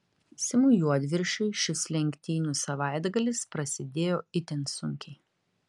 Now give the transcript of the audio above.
simui juodviršiui šis lenktynių savaitgalis prasidėjo itin sunkiai